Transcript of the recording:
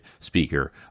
speaker